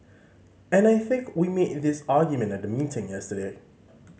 and I think we made this argument at the meeting yesterday